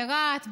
ברהט,